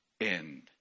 end